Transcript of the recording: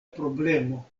problemo